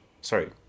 sorry